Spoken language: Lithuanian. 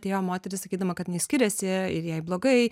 atėjo moteris sakydama kad jinai skiriasi ir jai blogai